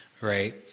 right